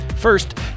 First